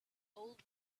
old